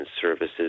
services